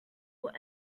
will